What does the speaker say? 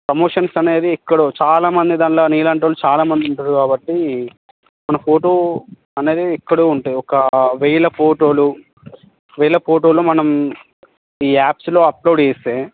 promotions అనేది ఎక్కడో చాలా మంది దానిలో నీ లాంటి వాళ్ళుచాలామంది ఉంటారు కాబట్టి మన ఫోటో అనేది ఎక్కడో ఉంటాయి ఒక వేల ఫోటోలు వేల ఫోటోలు మనం ఈ యాప్స్లో అప్లోడ్ చేస్తే